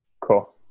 Cool